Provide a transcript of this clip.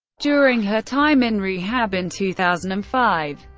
during her time in rehab in two thousand and five.